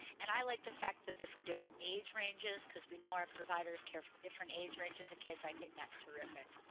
and i like the fact that they're for different age ranges because we know our providers care for different age ranges of kids i think that's terrific.